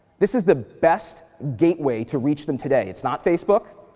this is the best gateway to reach them today. it's not facebook.